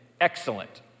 excellent